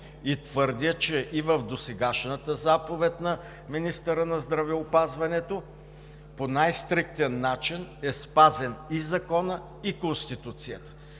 Твърдя, че и в досегашната заповед на министъра на здравеопазването по най-стриктен начин е спазен и законът, и Конституцията.